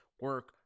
Work